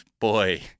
boy